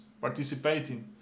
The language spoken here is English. participating